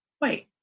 wait